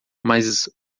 mas